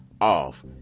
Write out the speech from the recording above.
off